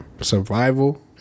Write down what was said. Survival